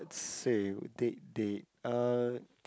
let's say date date uh